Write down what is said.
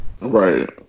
right